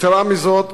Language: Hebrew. יתירה מזו,